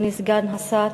אדוני סגן השר,